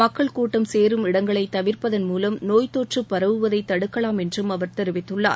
மக்கள் கூட்டம் சேரும் இடங்களை தவிர்ப்பதன் மூலம் நோய்த் தொற்று பரவுவதை தடுக்கலாம் என்று அவர் தெரிவித்துள்ளார்